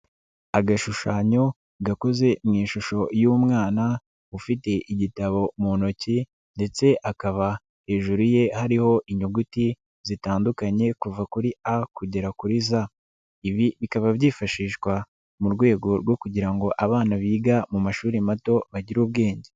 Agashushanyo gakoze mu ishusho y'umwana ufite igitabo mu ntoki ndetse akaba hejuru ye hariho inyuguti zitandukanye kuva kuri a kugera kuri z, ibi bikaba byifashishwa mu rwego rwo kugira ngo abana biga mu mashuri mato bagire ubwenge.